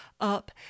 up